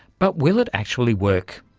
but will it actually work?